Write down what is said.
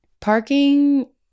Parking